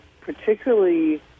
particularly